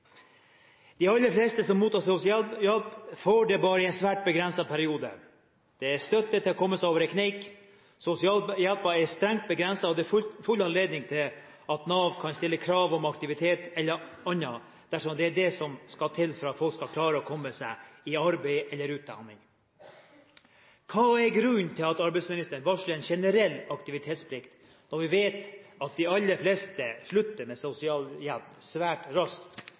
bare i en svært begrenset periode. Det er støtte til å komme seg over en kneik, sosialhjelpen er strengt begrenset, og det er full anledning til at Nav kan stille krav om aktivitet eller annet dersom det er det som skal til for at folk skal klare å komme seg i arbeid eller utdanning. Hva er grunnen til at arbeidsministeren varsler en generell aktivitetsplikt, når vi vet at de aller fleste slutter med sosialhjelp svært raskt